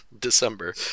December